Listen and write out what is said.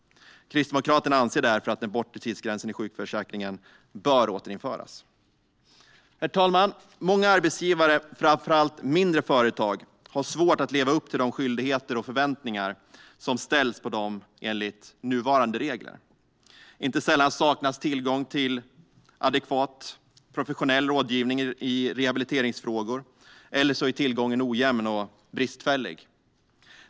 Kristdemokraterna anser därför att den bortre tidsgränsen i sjukförsäkringen bör återinföras. Herr talman! Många arbetsgivare, framför allt mindre företag, har svårt att leva upp till de skyldigheter och förväntningar som de har enligt nuvarande regler. Inte sällan saknas tillgång till adekvat professionell rådgivning i rehabiliteringsfrågor, eller också är tillgången ojämn och bristfällig.